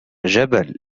جبل